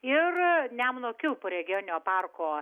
ir nemuno kilpų regioninio parko